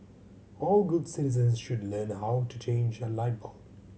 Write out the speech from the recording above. all good citizens should learn how to change a light bulb